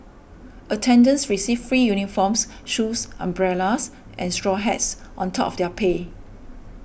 attendants received free uniforms shoes umbrellas and straw hats on top of their pay